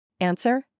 Answer